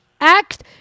Act